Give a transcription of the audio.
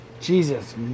Jesus